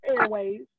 airways